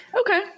Okay